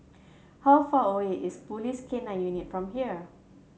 how far away is Police K Nine Unit from here